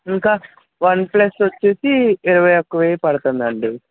ఇంకా వన్ప్లస్ వచ్చేసి ఇరవై ఒక వెయ్యి పడుతుందండి